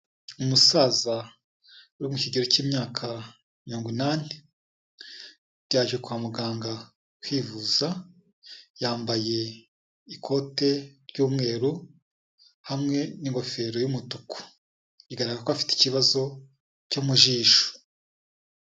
Umusaza uri mu kigero cy'imyaka mirongo inani, yaje kwa muganga kwivuza, yambaye ikote ry'umweru, hamwe n'ingofero y'umutuku, bigaragara ko afite ikibazo cyo mu jisho.